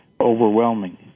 overwhelming